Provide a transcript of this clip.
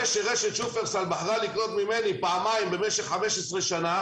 זה שרשת שופרסל בחרה לקנות ממני פעמיים במשך 15 שנים